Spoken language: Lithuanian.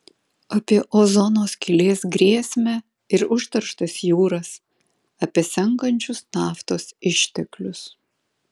apie ozono skylės grėsmę ir užterštas jūras apie senkančius naftos išteklius